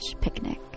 picnic